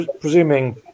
presuming